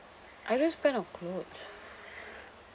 I don't spend on clothes